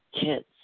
kids